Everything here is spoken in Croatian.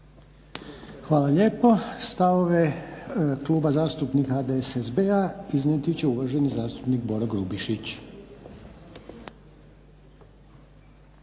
Hvala lijepo. Stavove Kluba zastupnika HDSSB-a iznijeti će uvaženi zastupnik Boro Grubišić.